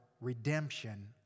redemption